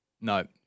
No